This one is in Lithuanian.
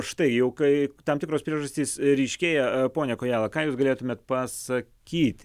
štai jau kai tam tikros priežastys ryškėja pone kojala ką jūs galėtumėt pasakyti